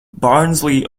barnsley